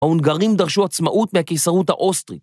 ההונגרים דרשו עצמאות מהקיסרות האוסטרית.